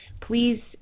please